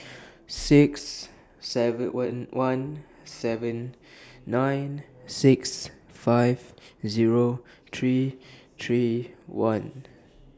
six seven one one seven nine six five Zero three three one